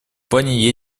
плане